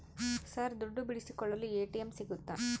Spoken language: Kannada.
ಸರ್ ದುಡ್ಡು ಬಿಡಿಸಿಕೊಳ್ಳಲು ಎ.ಟಿ.ಎಂ ಸಿಗುತ್ತಾ?